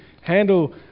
handle